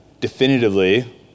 definitively